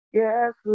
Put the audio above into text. yes